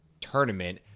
tournament